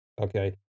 okay